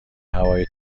هوای